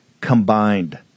combined